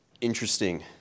Interesting